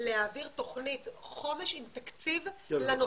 להעביר תוכנית חומש עם תקציב לנושא הזה.